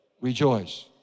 rejoice